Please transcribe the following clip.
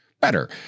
better